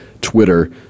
Twitter